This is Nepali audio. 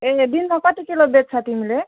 ए दिनमा कति किलो बेच्छ तिमीले